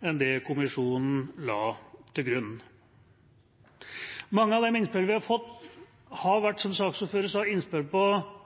enn det kommisjonen la til grunn. Mange av de innspillene vi har fått, har vært – som saksordføreren sa – innspill som handler om